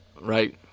Right